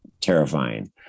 terrifying